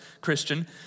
Christian